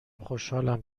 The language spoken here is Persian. خوشحالم